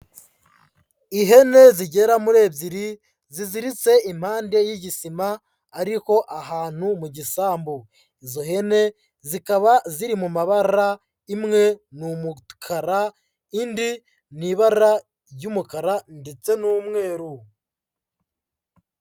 Ihene zigera muri ebyiri ziziritse impande y'igisima ariho ahantu mu gisambu. Izo hene zikaba ziri mu mabara imwe ni umukara indi ni ibara ry'umukara ndetse n'umweru.